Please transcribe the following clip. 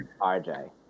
RJ